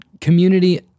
community